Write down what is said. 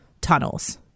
tunnels